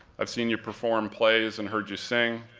i've seen you perform plays and heard you sing,